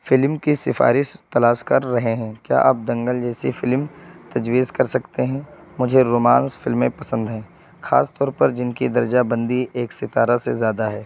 film کی سفارش تلاش کر رہے ہیں کیا آپ دنگل جیسی فلم تجویز کر سکتے ہیں مجھے رومانس فلمیں پسند ہیں خاص طور پر جن کی درجہ بندی ایک ستارہ سے زیادہ ہے